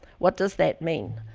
what does that mean?